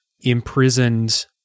Imprisoned